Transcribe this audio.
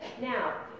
Now